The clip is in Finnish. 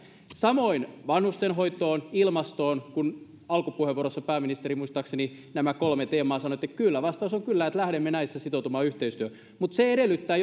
samoin vanhustenhoitoon ilmastoon kun alkupuheenvuorossa pääministeri muistaakseni nämä kolme teemaa sanoitte kyllä vastaus on kyllä lähdemme näissä sitoutumaan yhteistyöhön mutta se edellyttää